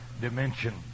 dimension